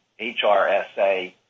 HRSA